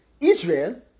Israel